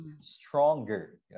stronger